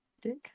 dick